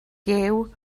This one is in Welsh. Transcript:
gyw